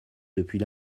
depuis